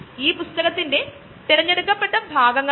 ഒരു വിമാനം ദ്രാവക ഇന്ധനം ഇല്ലാതെ പറക്കുന്നതു എങ്ങനെയാണ